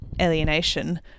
alienation